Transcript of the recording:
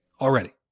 already